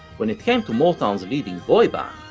when it came to motown's leading boy band,